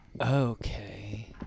Okay